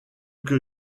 que